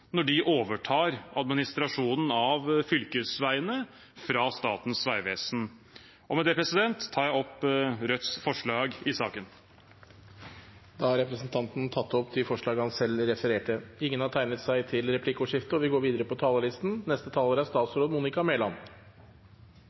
når de overtar administrasjonen av fylkesveiene fra Statens vegvesen. Med det tar jeg opp Rødts forslag i saken. Representanten Bjørnar Moxnes har tatt opp de forslagene han refererte til. Regjeringens mål er sterke, levende lokalsamfunn over hele landet. Folk og